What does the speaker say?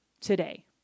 today